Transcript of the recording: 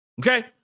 okay